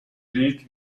lied